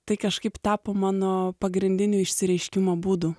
tai kažkaip tapo mano pagrindiniu išsireiškimo būdu